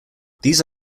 these